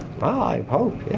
i hope,